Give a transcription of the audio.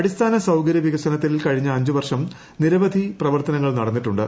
അടിസ്ഥാന സൌകര്യ വികസനത്തിൽ കഴിഞ്ഞ അഞ്ചു വർഷം നിരവധി പ്രവർത്തനങ്ങൾ നടന്നിട്ടുണ്ട്